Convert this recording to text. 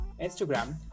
Instagram